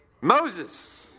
Moses